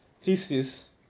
thesis